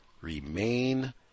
remain